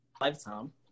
lifetime